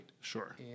Sure